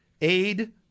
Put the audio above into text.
aid